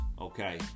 okay